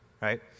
Right